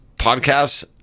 podcasts